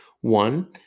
One